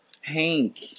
Hank